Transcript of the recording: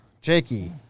Jakey